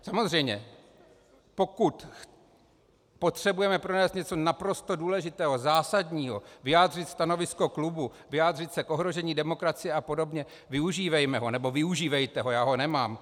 Samozřejmě pokud potřebujeme prodat něco naprosto důležitého, zásadního, vyjádřit stanovisko klubu, vyjádřit se k ohrožení demokracie a podobně, využívejme ho, nebo využívejte ho, já ho nemám.